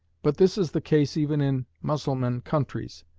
but this is the case even in mussulman countries,